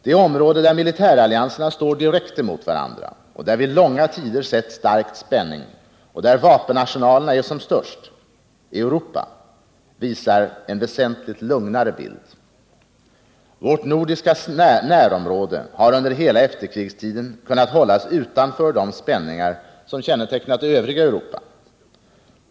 Det område där militärallianserna står direkt mot varandra, där vi långa tider sett stark spänning och där vapenarsenalerna är som störst, Europa, visar en väsentligt lugnare bild. Vårt nordiska närområde har under hela efterkrigstiden kunnat hållas utanför de spänningar som kännetecknat det övriga Europa.